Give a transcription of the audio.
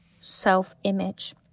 self-image